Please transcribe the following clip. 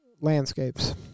landscapes